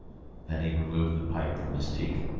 then he removed the pipe from his teeth.